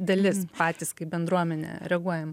dalis patys kaip bendruomenė reaguojam